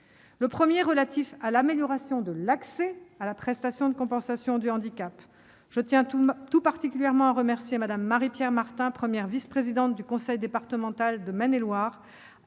Le premier est relatif à l'amélioration de l'accès à la prestation de compensation du handicap. Je tiens à remercier tout particulièrement Mme Marie-Pierre Martin, première vice-présidente du conseil départemental de Maine-et-Loire,